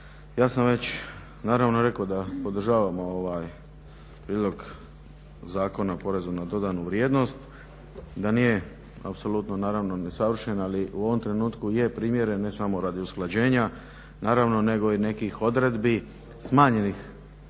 ja sam već naravno rekao da podržavamo ovaj Prijedlog zakona o PDV-u, da nije apsolutno naravno savršen ali u ovom trenutku je primjeren ne samo radi usklađenja nego i nekih odredbi smanjenih